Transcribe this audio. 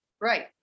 Right